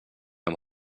amb